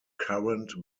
current